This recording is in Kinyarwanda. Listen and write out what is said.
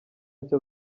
nshya